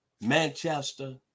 Manchester